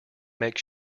make